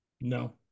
No